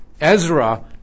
Ezra